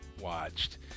watched